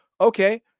okay